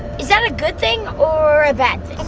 is that a good thing or a bad